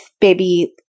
baby